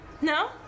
No